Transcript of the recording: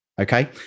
Okay